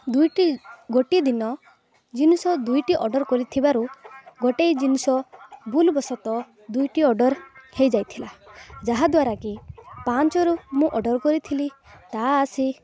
ଦୁଇଟି ଗୋଟିଏ ଦିନ ଜିନିଷ ଦୁଇଟି ଅର୍ଡ଼ର୍ କରିଥିବାରୁ ଗୋଟେ ଜିନିଷ ଭୁଲ୍ ବଶତଃ ଦୁଇଟି ଅର୍ଡ଼ର୍ ହୋଇଯାଇଥିଲା ଯାହା ଦ୍ୱାରାକିି ପାଞ୍ଚରୁ ମୁଁ ଅର୍ଡ଼ର୍ କରିଥିଲି ତାହା ଆସି